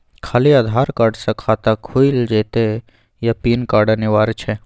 खाली आधार कार्ड स खाता खुईल जेतै या पेन कार्ड अनिवार्य छै?